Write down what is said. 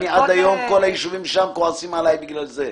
עד היום כל היישובים שם כועסים עלי בגלל זה.